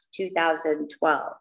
2012